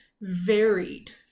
varied